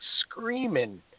screaming